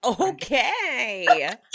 Okay